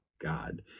God